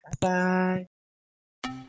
Bye-bye